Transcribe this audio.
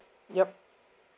yup